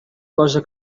cosa